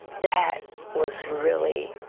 that was really